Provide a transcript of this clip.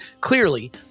clearly